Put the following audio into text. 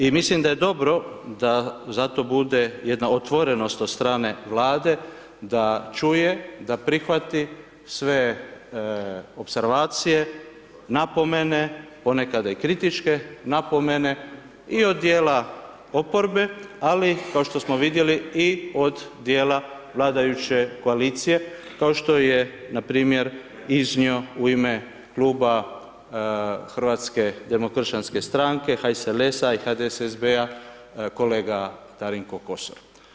I mislim da je dobro, da zato bude jedna otvorenost od strane Vlade, da čuje, da prihvati sve opservacije, napomene, ponekad i kritične napomene, i od dijela oporbe, ali kao što smo i vidjeli od dijela vladajuće koalicije, kao što je npr. iznio u ime Kluba Hrvatske demokršćanske stranke, HSSLS-a i HDSSB-a, kolega Darinko Kosor.